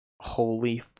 holy